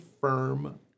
firm